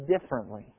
differently